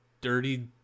Dirty